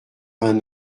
vingt